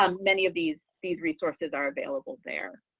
um many of these these resources are available there.